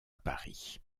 paris